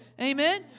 Amen